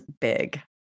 big